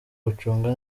gucunga